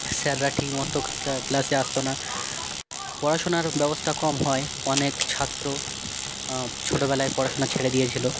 স্যাররা ঠিকমতো ক্লাসে আসতো না পড়াশুনার ব্যবস্থা কম হওয়ায় অনেক ছাত্র ছোটবেলায় পড়াশুনা ছেড়ে দিয়েছিল